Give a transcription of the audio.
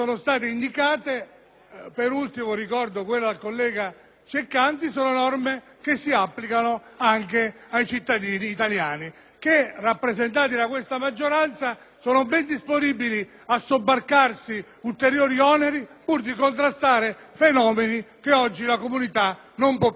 Ceccanti, si applicano anche ai cittadini italiani, che rappresentati da questa maggioranza sono ben disponibili a sobbarcarsi ulteriori oneri pur di contrastare fenomeni che oggi una comunità civile non può più tollerare.